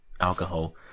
alcohol